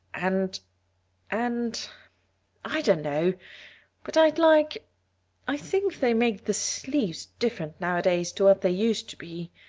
and and i dunno but i'd like i think they make the sleeves different nowadays to what they used to be.